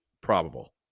probable